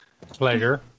Pleasure